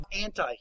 anti